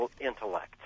intellect